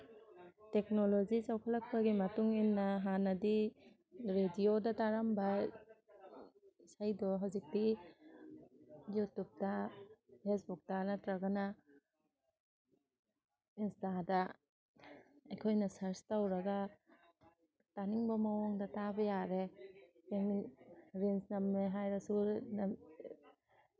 technology ꯆꯥꯎꯈꯠꯂꯛꯄꯒꯤ ꯃꯇꯨꯡꯏꯟꯅ ꯍꯥꯟꯅꯗꯤ ꯔꯦꯗꯤꯑꯣꯗ ꯇꯥꯔꯝꯕ ꯏꯁꯩꯗꯣ ꯍꯧꯖꯤꯛꯇꯤ ꯌꯨꯇꯨꯞꯇ ꯐꯦꯁꯕꯨꯛꯇ ꯅꯠꯇ꯭ꯔꯒꯅ ꯏꯟꯁꯇꯥꯗ ꯑꯩꯈꯣꯏꯅ ꯁꯔꯁ ꯇꯧꯔꯒ ꯇꯥꯅꯤꯡꯕ ꯃꯑꯣꯡꯗ ꯇꯥꯕ ꯌꯥꯔꯦ ꯔꯤꯜꯁ ꯅꯝꯒꯦ ꯍꯥꯏꯔꯁꯨ